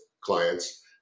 clients